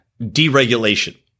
deregulation